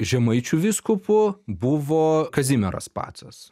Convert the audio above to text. žemaičių vyskupu buvo kazimieras pacas